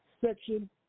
section